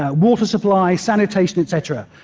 ah water supplies, sanitation, etc,